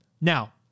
Now